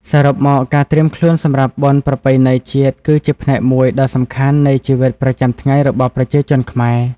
សរុបមក ការត្រៀមខ្លួនសម្រាប់បុណ្យប្រពៃណីជាតិគឺជាផ្នែកមួយដ៏សំខាន់នៃជីវិតប្រចាំថ្ងៃរបស់ប្រជាជនខ្មែរ។